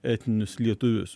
etninius lietuvius